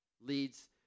leads